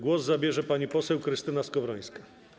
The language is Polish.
Głos zabierze pani poseł Krystyna Skowrońska.